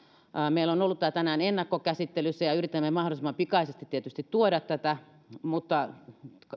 meillä on ollut tämä tänään ennakkokäsittelyssä ja yritämme mahdollisimman pikaisesti tietysti tuoda tätä mutta